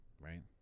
right